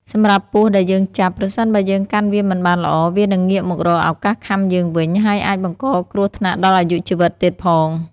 សម្រាប់ពស់ដែលយើងចាប់ ប្រសិនបើយើងកាន់វាមិនបានល្អ វានឹងងាកមករកឱកាសខាំយើងវិញ ហើយអាចបង្កគ្រោះថ្នាក់ដល់អាយុជីវិតទៀតផង។